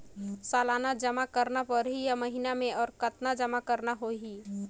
सालाना जमा करना परही या महीना मे और कतना जमा करना होहि?